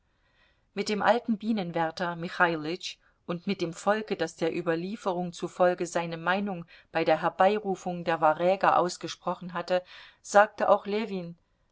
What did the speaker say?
mit dem alten bienenwärter michailütsch und mit dem volke das der überlieferung zufolge seine meinung bei der herbeirufung der waräger ausgesprochen hatte sagte auch ljewin